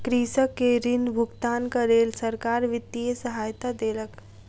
कृषक के ऋण भुगतानक लेल सरकार वित्तीय सहायता देलक